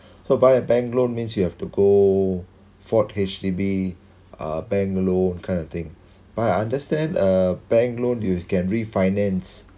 so by a bank loan means you have to go for H_D_B uh bank loan kind of thing I understand uh bank loan you can refinance